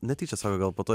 netyčia sako gal po to